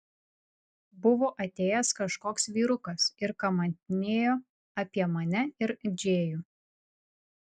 buvo atėjęs kažkoks vyrukas ir kamantinėjo apie mane ir džėjų